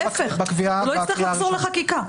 להפך, הוא לא יצטרך לחזור לחקיקה.